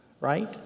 right